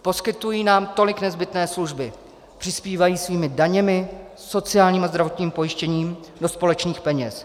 Poskytují nám tolik nezbytné služby, přispívají svými daněmi, sociálním a zdravotním pojištěním do společných peněz.